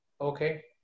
Okay